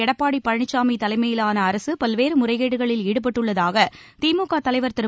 எடப்பாடி பழனிசாமி தலைமையிலாள அரசு பல்வேறு முறைகேடுகளில் ஈடுபட்டுள்ளதாக திமுக தலைவர் திரு